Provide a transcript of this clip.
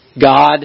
God